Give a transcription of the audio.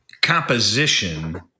composition